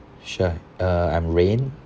sure uh I'm rain